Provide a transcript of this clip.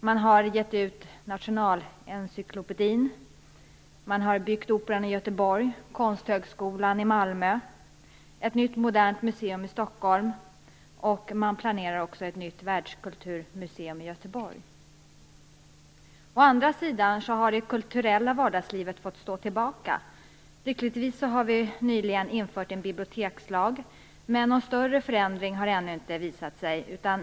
Man har låtit ge ut Nationalencyklopedin, man har låtit bygga Operan i Göteborg, Stockholm, och man planerar ett nytt Världskulturmuseum i Göteborg. Å andra sidan har det kulturella vardagslivet fått stå tillbaka. Lyckligtvis har en ny bibliotekslag nyligen införts. Men någon större förändring har ännu inte visat sig.